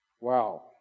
wow